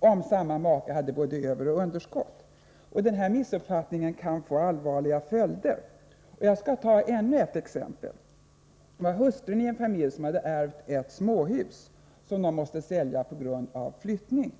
om samma make hade både överoch underskott. Den missuppfattningen kan få allvarliga följder. Jag skall ta ännu ett exempel: Hustrun i en familj hade ärvt ett småhus, som man måste sälja på grund av flyttning.